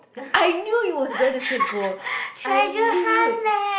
I knew you was going to say gold I knew it